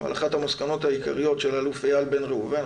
אבל אחת המסקנות העיקריות של אלוף איל בן ראובן,